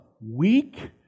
weak